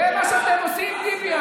חבר הכנסת סמוטריץ' זה מה שאתם עושים, טיבי.